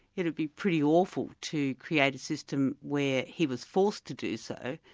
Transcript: it would be pretty awful to create a system where he was forced to do so,